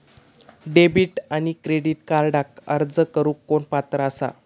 Debit आणि credit कार्डक अर्ज करुक कोण पात्र आसा?